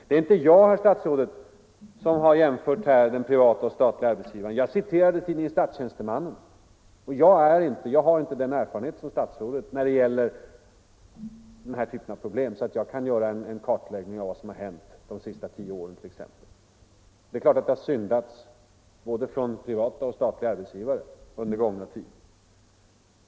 Det är inte jag, herr statsrådet, som har jämfört den privata och den statliga arbetsgivaren, utan jag citerade tidningen Statstjänstemannen. Jag har inte den erfarenhet rent generellt som statsrådet har när det gäller den här typen av problem, och jag kan därför inte göra en kartläggning om vad som har hänt, t.ex. under de senaste tio åren. Det är klart att det har syndats, både av privata och statliga arbetsgivare, under den gångna tiden.